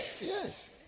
Yes